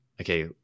okay